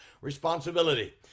responsibility